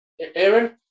Aaron